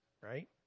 right